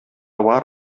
бар